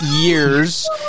years